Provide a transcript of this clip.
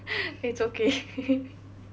it's okay